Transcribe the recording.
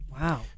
Wow